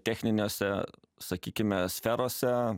techniniuose sakykime sferose